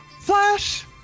flash